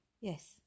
Yes